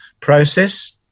process